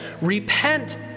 Repent